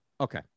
Okay